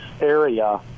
area